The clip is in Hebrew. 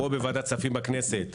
פה בוועדת הכספים בכנסת,